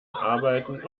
arbeiten